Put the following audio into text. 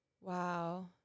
Wow